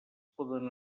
poden